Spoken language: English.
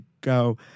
go